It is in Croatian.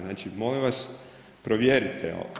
Znači, molim vas provjerite.